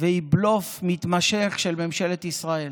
והיא בלוף מתמשך של ממשלת ישראל.